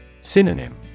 Synonym